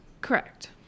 Correct